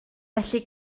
felly